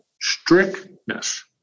strictness